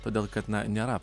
todėl kad na nėra